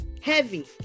Heavy